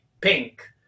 pink